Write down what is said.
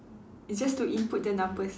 it's just to input the numbers